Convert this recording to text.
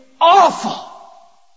awful